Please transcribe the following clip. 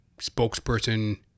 spokesperson